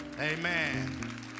amen